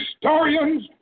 historians